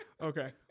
Okay